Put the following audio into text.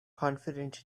confident